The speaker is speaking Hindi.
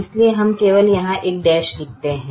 इसलिए हम केवल यहां एक डैश लिखते हैं